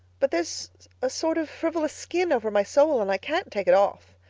but there's a sort of frivolous skin over my soul and i can't take it off.